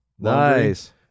nice